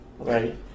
Right